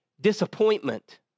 disappointment